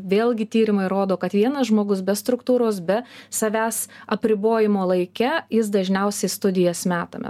vėlgi tyrimai rodo kad vienas žmogus be struktūros be savęs apribojimo laike jis dažniausiai studijas metame